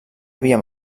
havia